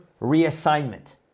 reassignment